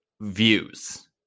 views